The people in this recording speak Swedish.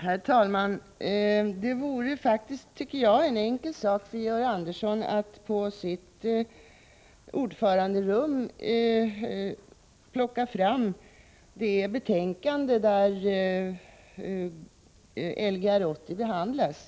Herr talman! Det vore faktiskt, tycker jag, en enkel sak för Georg Andersson att på sitt ordföranderum plocka fram det betänkande där Lgr 80 behandlas.